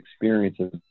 experiences